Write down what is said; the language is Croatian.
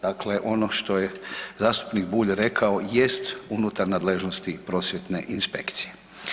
Dakle, ono što je zastupnik Bulj rekao jest unutar nadležnosti Prosvjetne inspekcije.